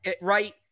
Right